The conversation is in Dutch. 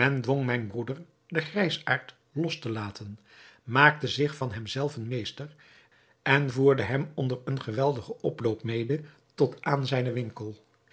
mijn broeder den grijsaard los te laten maakte zich van hemzelven meester en voerde hem onder een geweldigen oploop mede tot aan zijnen winkel